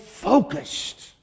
Focused